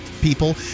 people